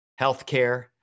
healthcare